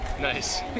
Nice